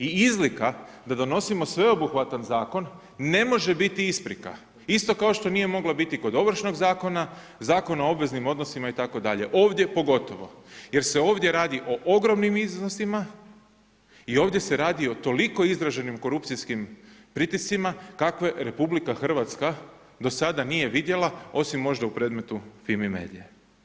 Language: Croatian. I izlika da donosimo sveobuhvatan zakon ne može biti isprika, isto kao što nije mogla biti kod Ovršnog zakona, Zakona o obveznim odnosima itd. ovdje pogotovo jer se ovdje radi o ogromnim iznosima i ovdje se radi o toliko izraženim korupcijskim pritiscima kakve RH do sada nije vidjela, osim možda u predmetu FIMI MEDIA.